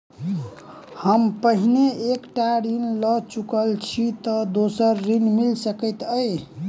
हम पहिने एक टा ऋण लअ चुकल छी तऽ दोसर ऋण मिल सकैत अई?